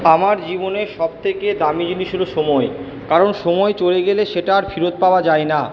আমার জীবনের সব থেকে দামি জিনিস হল সময় কারণ সময় চলে গেলে সেটা আর ফিরত পাওয়া যায় না